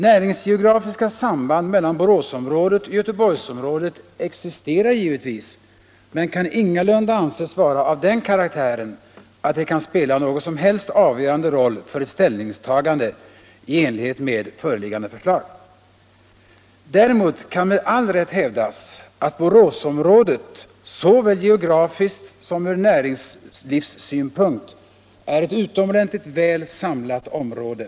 Näringsgeografiska samband mellan Boråsområdet och Göteborgsområdet existerar givetvis men kan ingalunda anses vara av den karaktären att de kan spela någon som helst avgörande roll för ett ställningstagande i enlighet med föreliggande förslag. Däremot kan med all rätt hävdas, att Boråsområdet såväl geografiskt som ur näringslivssynpunkt är ett utomordentligt väl samlat område.